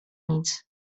nic